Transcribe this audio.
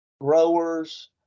growers